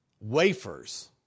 wafers